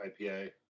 IPA